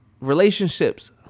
relationships